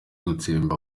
gutsemba